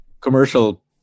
commercial